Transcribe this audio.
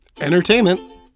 entertainment